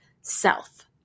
self